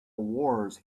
wars